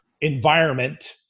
environment